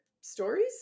stories